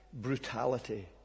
brutality